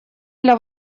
для